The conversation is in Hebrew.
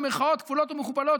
במירכאות כפולות ומכופלות,